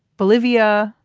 bolivia,